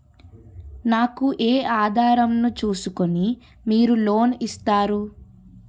నాకు ఏ ఆధారం ను చూస్కుని మీరు లోన్ ఇస్తారు?